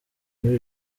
muri